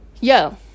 Yo